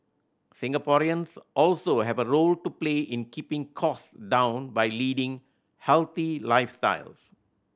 Singaporeans also have a role to play in keeping cost down by leading healthy lifestyles